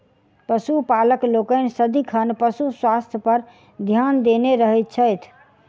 पशुपालक लोकनि सदिखन पशु स्वास्थ्य पर ध्यान देने रहैत छथि